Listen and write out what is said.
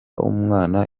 umwana